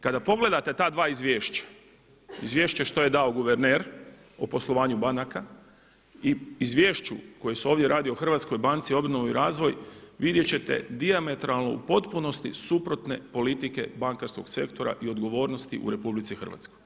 Kada pogledate ta dva izvješća, izvješće što je dao guverner o poslovanju banaka i izvješću koje se ovdje radi o Hrvatskoj banci, obnovu i razvoj vidjet ćete dijametralno u potpunosti suprotne politike bankarskog sektora i odgovornosti u RH.